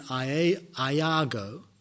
Iago